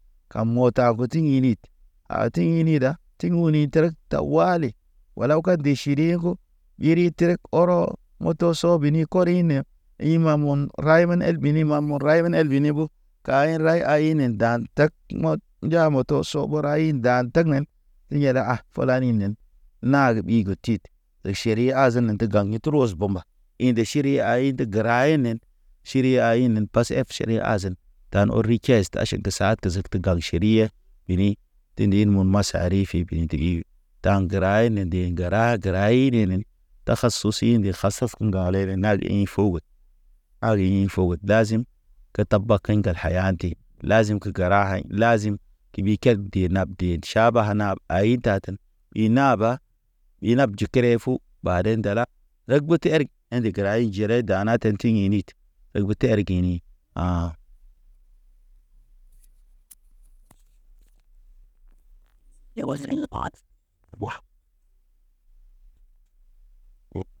Kam mota goti init a ti ini da tin ŋoni terek tawali walaw ka de ʃeriye ko ɓiri terek ɔrɔ. Moto sɔ bini kɔr ineya i ma mun, ray məm el bini mamo, ray el bini bo. Kaye ray a ine dan tek, kimɔt nja moto to soɓo ray ɗan teknen. Riɲe de a fulaninen, nag ɓigə tit. De ʃeri azen nətə ŋgagi tro oz bomba in de ʃeri ayi de gəra inen. Ʃiri a inen pase ep ʃeri azen. Tan ori kes taʃet te saten tə zed tə gaŋ ʃeriye. Bini, tindinen mo masa ri fi bin trii, taŋ gəra ine de ŋgəra gəra inenen. Ta kas sosi nde kasasko, ŋgale le nad in fo wod. Awḭ in fo wod ɗazim, kətab ba kaŋ ŋgal keyadi. Lazim ke gəra aɲ lazim, kibi ked ge nab ded ʃaba hanaba ayi taten i naaba. I nab ju kere fu ɓaden ndala ɗeg gut erik, ḛnde gəraye jere dana tenti init. E guterek ini